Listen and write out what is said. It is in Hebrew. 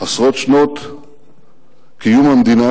עשרות שנות קיום המדינה.